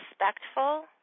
respectful